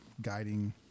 guiding